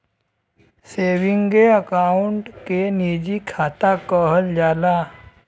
सेवींगे account के निजी खाता कहल जाला